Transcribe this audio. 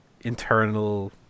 internal